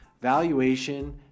valuation